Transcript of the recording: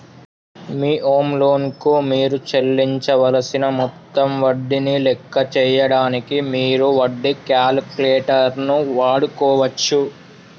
మీ home loan కు మీరు చెల్లించవలసిన మొత్తం వడ్డీని లెక్క చేయడానికి మీరు వడ్డీ క్యాలిక్యులేటర్ వాడుకోవచ్చు